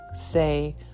say